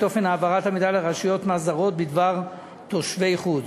אופן העברת המידע לרשויות מס זרות בדבר תושבי חוץ.